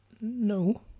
No